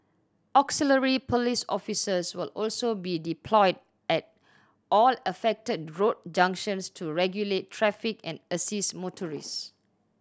auxiliary police officers will also be deployed at all affected road junctions to regulate traffic and assist motorists